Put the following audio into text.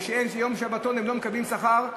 ביום שבתון הם לא מקבלים שכר.